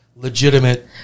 Legitimate